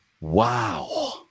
Wow